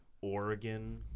Oregon